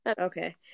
Okay